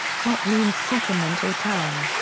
kot means settlement or town.